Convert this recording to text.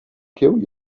kill